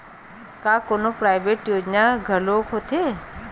का कोनो प्राइवेट योजना घलोक होथे?